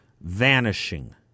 vanishing